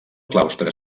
claustre